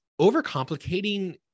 overcomplicating